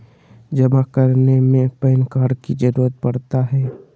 जमा करने में पैन कार्ड की जरूरत पड़ता है?